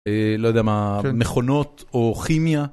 לא יודע מה, מכונות או כימיה?